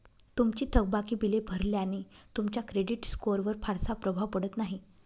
तुमची थकबाकी बिले भरल्याने तुमच्या क्रेडिट स्कोअरवर फारसा प्रभाव पडत नाही